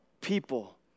people